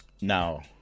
Now